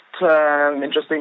interesting